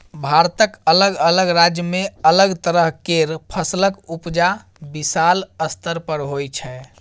भारतक अलग अलग राज्य में अलग तरह केर फसलक उपजा विशाल स्तर पर होइ छै